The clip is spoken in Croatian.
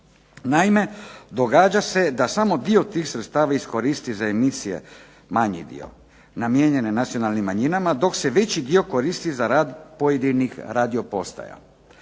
Naime, događa se da samo dio tih sredstava iskoristi za emisije manji dio namijenjene nacionalnim manjinama, dok se veći dio koristi za rad pojedinih radio postaja.